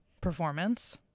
performance